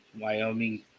Wyoming